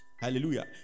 Hallelujah